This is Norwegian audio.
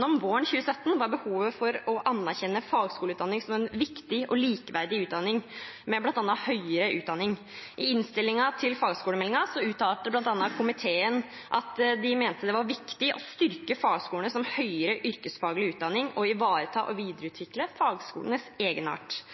om våren 2017, var behovet for å anerkjenne fagskoleutdanning som en viktig utdanning, likeverdig med bl.a. høyere utdanning. I innstillingen til fagskolemeldingen uttalte komiteen bl.a. at de mente det var viktig å styrke fagskolene som høyere yrkesfaglig utdanning og ivareta og videreutvikle fagskolenes egenart.